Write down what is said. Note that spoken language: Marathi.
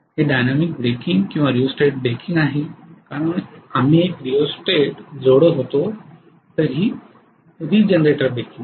हे डायनॅमिक ब्रेकिंग किंवा रियोस्टॅटिक ब्रेकिंग आहे कारण आम्ही एक रिओस्टेट जोडत होतो तर हे रीजनरेटर ब्रेकिंग आहे